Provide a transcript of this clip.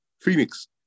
Phoenix